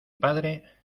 padre